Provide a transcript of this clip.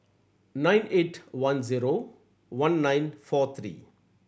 nine eight one zero one nine four three